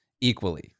equally